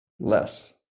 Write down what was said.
less